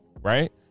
right